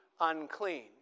unclean